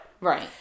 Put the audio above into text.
right